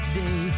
day